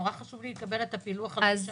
חשוב לי מאוד לקבל את הפילוח לפי גילאים.